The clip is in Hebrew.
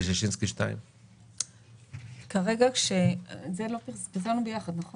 מששינסקי 2. פרסמנו ביחד, נכון?